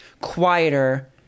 quieter